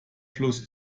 fluss